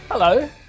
Hello